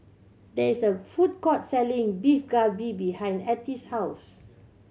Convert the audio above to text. there is a food court selling Beef Galbi behind Ettie's house